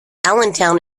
allentown